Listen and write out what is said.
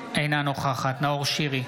אינה נוכחת נאור שירי,